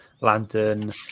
Lantern